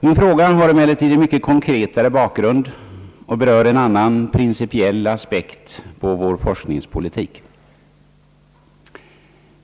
Min fråga har emellertid en mycket konkretare bakgrund och berör en annan principiell aspekt på vår forskningspolitik.